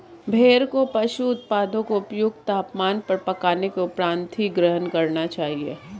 भेड़ को पशु उत्पादों को उपयुक्त तापमान पर पकाने के उपरांत ही ग्रहण करना चाहिए